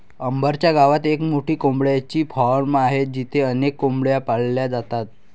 अंबर च्या गावात एक मोठे कोंबडीचे फार्म आहे जिथे अनेक कोंबड्या पाळल्या जातात